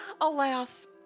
Alas